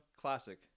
classic